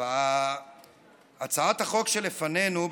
בהצעת החוק שלפנינו,